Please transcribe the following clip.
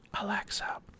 Alexa